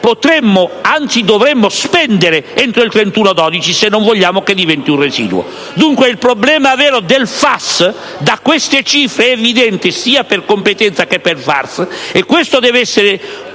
potremmo (anzi, dovremmo) spendere entro il 31 dicembre, se non vogliamo che diventi un residuo. Dunque, il problema vero del FAS, da queste cifre, è evidente, sia per competenza che per cassa. E deve esserci